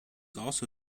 also